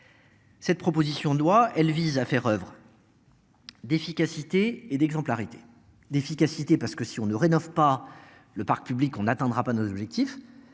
Cette proposition doit, elle vise à faire oeuvre. D'efficacité et d'exemplarité d'efficacité parce que si on ne rénove pas le parc public, on n'attendra pas nos objectifs